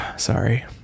sorry